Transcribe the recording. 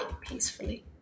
peacefully